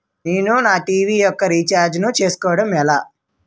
నేను నా టీ.వీ యెక్క రీఛార్జ్ ను చేసుకోవడం ఎలా?